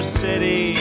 city